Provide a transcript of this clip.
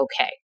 okay